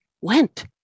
went